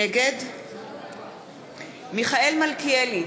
נגד מיכאל מלכיאלי,